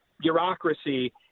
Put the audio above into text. bureaucracy